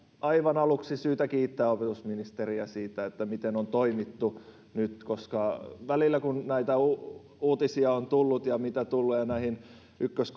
aivan aluksi on syytä kiittää opetusministeriä siitä miten on toimittu nyt kun näitä uutisia on tullut ja mitä tulee näihin ykkös